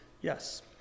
yes